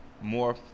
more